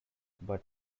but